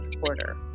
quarter